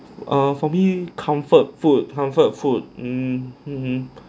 err for me comfort food comfort food mmhmm